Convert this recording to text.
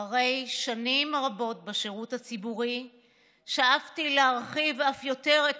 אחרי שנים רבות בשירות הציבורי שאפתי להרחיב אף יותר את